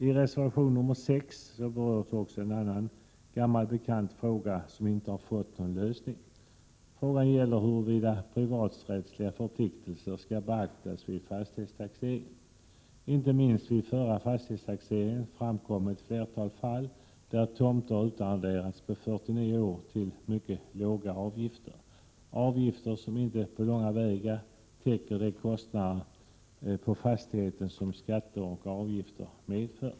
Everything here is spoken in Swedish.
I reservation nr 6 berörs en annan gammal bekant fråga som inte fått någon lösning. Frågan gäller huruvida privaträttsliga förpliktelser skall beaktas vid fastighetstaxeringen. Inte minst vid förra fastighetstaxeringen framkom ett flertal fall där tomter utarrenderats på 49 år till mycket låga avgifter — avgifter som inte på långa vägar täcker de kostnader för fastigheten som skatter och avgifter medför.